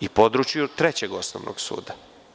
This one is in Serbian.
i području Trećeg osnovnog suda.